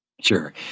Sure